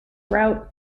route